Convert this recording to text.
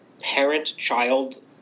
parent-child